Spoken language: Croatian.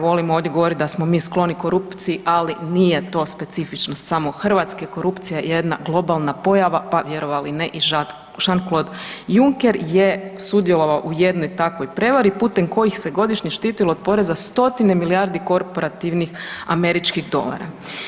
Volim ovdje govorit da smo mi skloni korupciji, ali nije to specifičnost samo Hrvatske, korupcija je jedna globalna pojava, pa vjerovali ili ne i Jean-Claude Juncker je sudjelovao u jednoj takvoj prevari putem kojih se godišnje štitilo od poreza stotine milijardi korporativnih američkih dolara.